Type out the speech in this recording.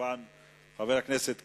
חבר הכנסת כץ,